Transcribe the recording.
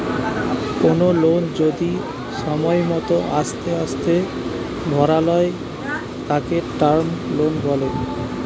কোনো লোন যদি সময় মতো আস্তে আস্তে ভরালয় তাকে টার্ম লোন বলে